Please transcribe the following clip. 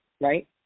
right